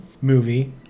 movie